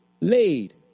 laid